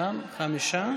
חמישה.